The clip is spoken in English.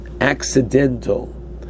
accidental